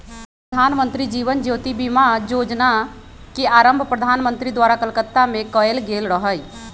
प्रधानमंत्री जीवन ज्योति बीमा जोजना के आरंभ प्रधानमंत्री द्वारा कलकत्ता में कएल गेल रहइ